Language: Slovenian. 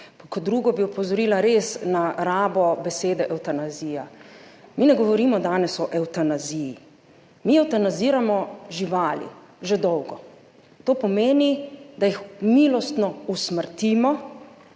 Kot drugo bi opozorila res na rabo besede evtanazija. Mi ne govorimo danes o evtanaziji, mi evtanaziramo živali že dolgo, to pomeni, da jih milostno usmrtimo